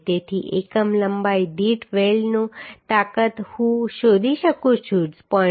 તેથી એકમ લંબાઈ દીઠ વેલ્ડની તાકાત હું શોધી શકું છું 0